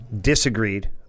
disagreed